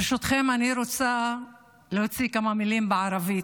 ברשותכם, אני רוצה להוציא כמה מילים בערבית.